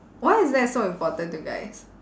why is that so important to guys